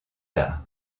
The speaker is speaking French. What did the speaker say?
tard